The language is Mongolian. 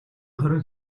хорин